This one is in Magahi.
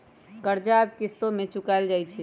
कर्जा अब किश्तो में चुकाएल जाई छई